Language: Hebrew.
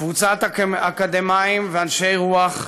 קבוצת אקדמאים ואנשי רוח,